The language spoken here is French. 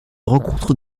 rencontre